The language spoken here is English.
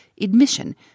admission